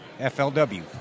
FLW